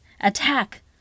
Attack